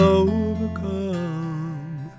overcome